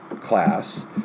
class